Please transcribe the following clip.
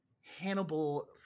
Hannibal